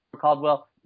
Caldwell